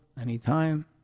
anytime